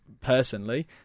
personally